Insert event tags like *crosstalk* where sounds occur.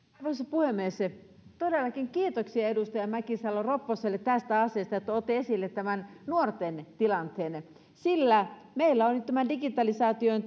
puhemies todellakin kiitoksia edustaja mäkisalo ropposelle tästä asiasta että toitte esille nuorten tilanteen sillä meillä on nyt tämän digitalisaation *unintelligible*